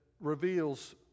reveals